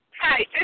Hi